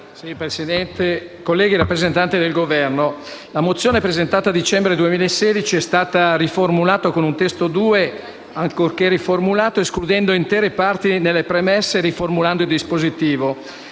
Signor Presidente, colleghi, rappresentanti del Governo, la mozione presentata a dicembre 2016 è stata riformulata, con un testo 2, ancorché ulteriormente riformulato in un testo 3, escludendo intere parti nelle premesse e riformulando il dispositivo.